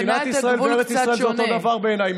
מדינת ישראל וארץ ישראל זה אותו הדבר בעיניי,